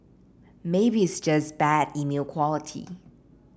maybe it's just bad email quality